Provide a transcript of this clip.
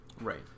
Right